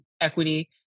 equity